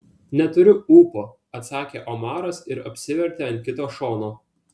neturiu ūpo atsakė omaras ir apsivertė ant kito šono